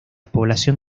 población